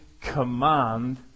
command